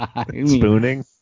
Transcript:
Spooning